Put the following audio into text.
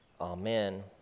Amen